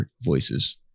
voices